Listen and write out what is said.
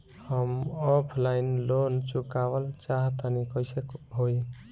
हम offline loan चुकावल चाहऽ तनि कइसे होई?